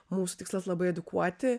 mūsų tikslas labai edukuoti